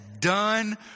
done